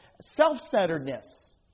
self-centeredness